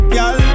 Girl